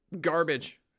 garbage